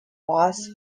wasp